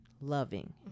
loving